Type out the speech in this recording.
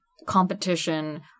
competition